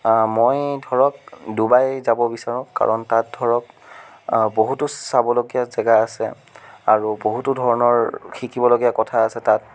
মই ধৰক ডুবাই যাব বিচাৰোঁ কাৰণ তাত ধৰক বহুতো চাবলগীয়া জেগা আছে আৰু বহুতো ধৰণৰ শিকিবলগীয়া কথা আছে তাত